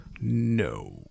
no